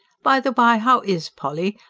by the bye, how is polly,